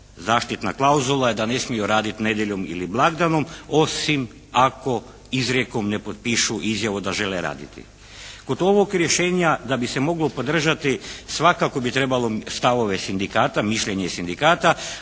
zaštitna klauzula je da ne smiju raditi nedjeljom ili blagdanom osim ako izrijekom ne potpišu izjavu da žele raditi. Kod ovog rješenja da bi se moglo podržati svakako bi trebalo stavove sindikata, mišljenje sindikata,